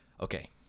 Okay